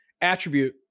attribute